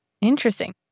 Interesting